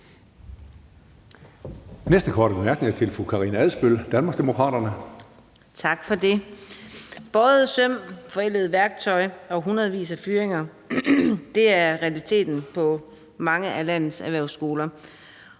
næste korte bemærkning er til fru Karina Adsbøl, Danmarksdemokraterne. Kl. 19:30 Karina Adsbøl (DD): Tak for det. Bøjede søm, forældet værktøj og hundredvis af fyringer er realiteten på mange af landets erhvervsskoler,